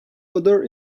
other